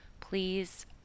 please